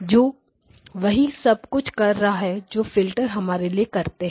जो वही सब कुछ कर रहा है जो फिल्टर हमारे लिए करते हैं